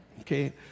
Okay